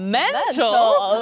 mental